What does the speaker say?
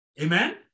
Amen